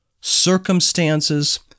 circumstances